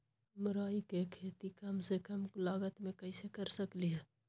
हम राई के खेती कम से कम लागत में कैसे कर सकली ह?